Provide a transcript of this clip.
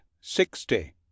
sixty